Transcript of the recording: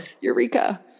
eureka